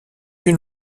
une